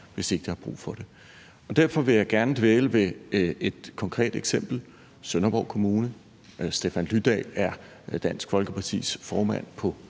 hvis ikke der er brug for det. Derfor vil jeg gerne dvæle ved et konkret eksempel, nemlig Sønderborg Kommune, hvor Stefan Lydal er Dansk Folkepartis formand på